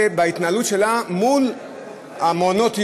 וזה בהתנהלות שלה מול מעונות-היום,